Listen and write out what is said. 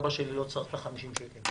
אבא שלי לא צריך את ה-50 שקל,